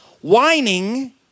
Whining